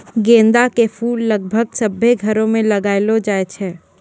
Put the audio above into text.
गेंदा के फूल लगभग सभ्भे घरो मे लगैलो जाय छै